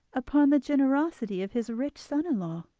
upon the generosity of his rich son-in law.